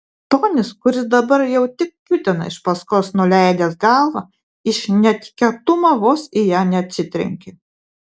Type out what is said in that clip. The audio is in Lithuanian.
tonis kuris dabar jau tik kiūtino iš paskos nuleidęs galvą iš netikėtumo vos į ją neatsitrenkė